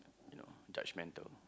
you know judgmental